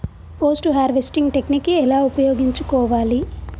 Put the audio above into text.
Post harvesting technique ఎలా ఉపయోగించుకోవాలి?